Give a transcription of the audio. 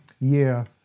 year